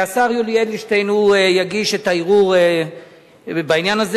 השר יולי אדלשטיין יגיש את הערעור בעניין הזה,